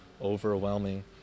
overwhelming